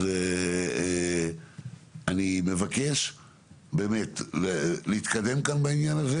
אז אני מבקש באמת להתקדם כאן בעניין הזה